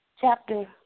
chapter